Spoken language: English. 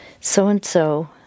so-and-so